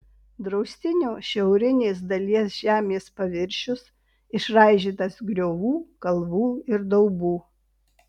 draustinio šiaurinės dalies žemės paviršius išraižytas griovų kalvų ir daubų